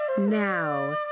Now